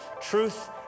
truth